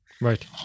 Right